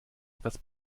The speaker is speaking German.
etwas